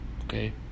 okay